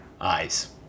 eyes